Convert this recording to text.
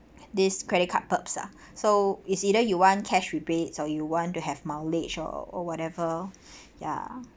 this credit card perks ah so is either you want cash rebates or you want to have mileage or or whatever ya